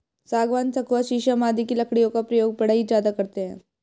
सागवान, सखुआ शीशम आदि की लकड़ियों का प्रयोग बढ़ई ज्यादा करते हैं